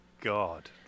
God